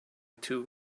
too